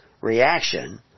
reaction